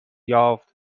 یافت